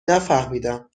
نفهمیدم